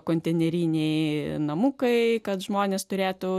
konteineriniai namukai kad žmonės turėtų